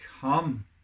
come